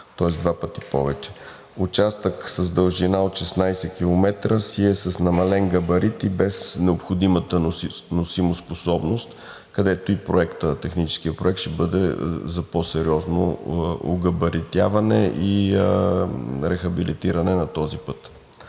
тоест два пъти повече. Участък с дължина от 16 км си е с намален габарит и без необходимата носимоспособност, където и техническият проект ще бъде за по-сериозно огабаритяване и рехабилитиране на този път.